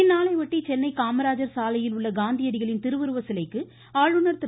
இந்நாளையொட்டி சென்னை காமராஜர் சாலையில் உள்ள காந்தியடிகளின் திருவுருவச்சிலைக்கு ஆளுநர் திரு